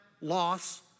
loss